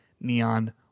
Neon